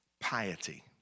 piety